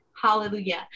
Hallelujah